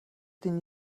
than